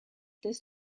des